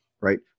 right